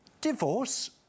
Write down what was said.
divorce